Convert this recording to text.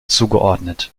zugeordnet